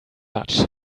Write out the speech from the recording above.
much